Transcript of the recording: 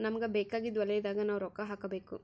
ನಮಗ ಬೇಕಾಗಿದ್ದ ವಲಯದಾಗ ನಾವ್ ರೊಕ್ಕ ಹಾಕಬೇಕು